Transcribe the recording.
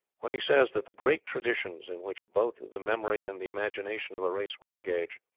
when he says that the great traditions, in which both the memory and the imagination of a race were engaged,